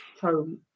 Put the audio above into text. home